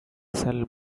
sell